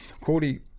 Cody